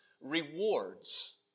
Rewards